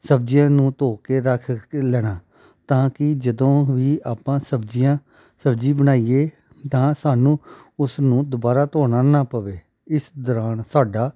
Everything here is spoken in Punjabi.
ਸਬਜ਼ੀਆਂ ਨੂੰ ਧੋ ਕੇ ਰੱਖ ਕੇ ਲੈਣਾ ਤਾਂ ਕਿ ਜਦੋਂ ਵੀ ਆਪਾਂ ਸਬਜ਼ੀਆਂ ਸਬਜ਼ੀ ਬਣਾਈਏ ਤਾਂ ਸਾਨੂੰ ਉਸ ਨੂੰ ਦੁਬਾਰਾ ਧੋਣਾ ਨਾ ਪਵੇ ਇਸ ਦੌਰਾਨ ਸਾਡਾ